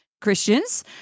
Christians